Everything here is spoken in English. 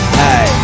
hey